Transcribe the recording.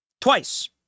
twice